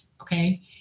Okay